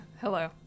Hello